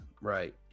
Right